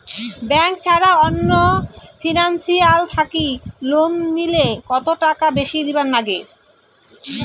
Bank ছাড়া অন্য financial থাকি লোন নিলে কতটাকা বেশি দিবার নাগে?